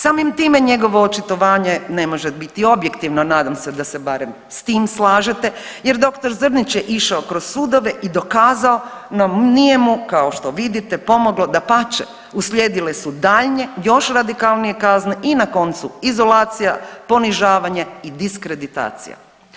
Samim time njegovo očitovanje ne može biti objektivno, nadam se da se barem s tim slažete jer dr. Zrnić je išao kroz sudove i dokazao no nije mu kao što vidite pomoglo, dapače uslijedile su daljnje još radikalnije kazne i na koncu izolacija, ponižavanje i diskreditacija.